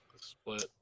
Split